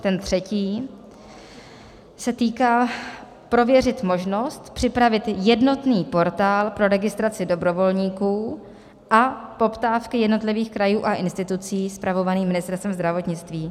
Ten třetí se týká prověřit možnost připravit jednotný portál pro registraci dobrovolníků a poptávky jednotlivých krajů a institucí spravovaný Ministerstvem zdravotnictví.